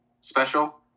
special